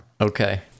Okay